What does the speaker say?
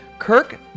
Kirk